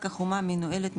קרקע חומה מנוהלת,